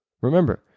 Remember